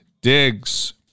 digs